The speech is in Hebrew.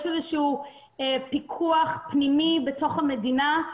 יש איזשהו פיקוח פנימי בתוך המדינה.